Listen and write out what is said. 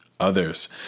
others